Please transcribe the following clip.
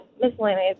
miscellaneous